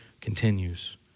continues